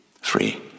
Free